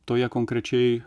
toje konkrečiai